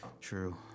True